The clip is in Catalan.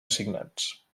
assignats